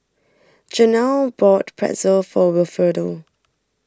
Jenelle bought Pretzel for Wilfredo